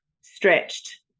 stretched